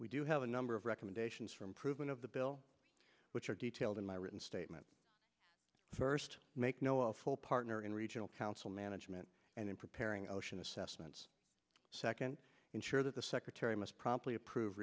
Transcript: we do have a number of recommendations for improvement of the bill which are detailed in my written statement first make no a full partner in regional council management and in preparing ocean assessments second ensure that the secretary must promptly approve